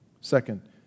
Second